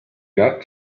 got